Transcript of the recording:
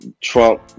Trump